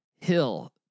Hill